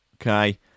Okay